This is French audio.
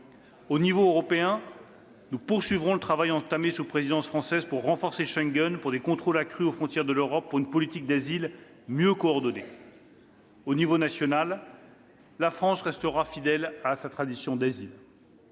l'échelle européenne, nous poursuivrons le travail entamé sous présidence française pour renforcer Schengen, assurer des contrôles accrus aux frontières de l'Europe et garantir une politique d'asile mieux coordonnée. « À l'échelle nationale, la France restera fidèle à sa tradition d'asile